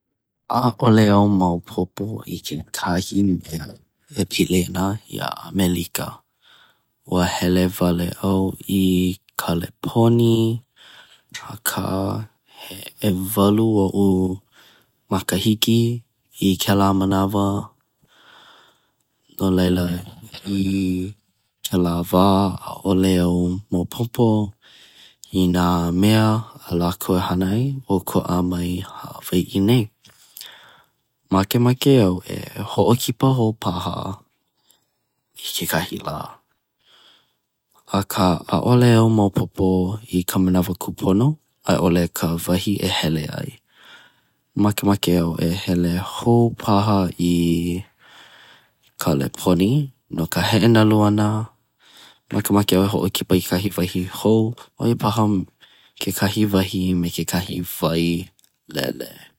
ʻAʻole au maopopo i kekahi mea e pili ana iā ʻAmelika. Ua hele wale au i Kaleponi akā he ʻewalu oʻu makana i ka hele ana i laila no laila ʻaʻole au hoʻomanaʻo inā hana lākou i kekahi mea ʻōkoʻa ma Hawaiʻi nei. Makemake au e hoʻokipa hou paha K Kaleponi i kekahi lā akā ʻaʻole maopopo au i kekahi manawa kūpono e hele ai. Makemake au e hele i Kaleponi no ka heʻenalu ana a hele paha i kekahi wahi nani e ʻike i kekahi wailele.